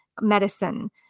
medicine